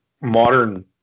modern